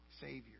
Savior